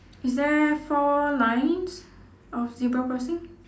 is there four lines of zebra crossing